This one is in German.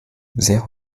sehr